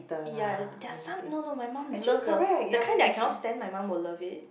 ya eh there are some no no my mum love the the kind that I cannot stand my mum would love it